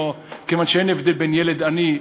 כיוון שאין הבדל לגבי ילדים עניים.